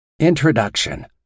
Introduction